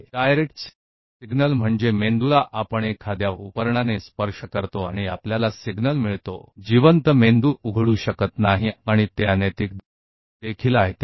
तो प्रत्यक्ष संकेत का मतलब है कि हम मस्तिष्क को स्पर्श करते हैं किसी उपकरण द्वारा संकेत मिलता है आप एक जीवित मस्तिष्क नहीं खोल सकते हैं और अनैतिक भी है इसे अनुमति नहीं दी जाएगी